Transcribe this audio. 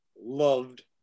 Loved